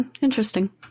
interesting